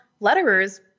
letterers